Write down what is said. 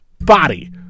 body